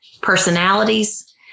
personalities